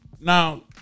Now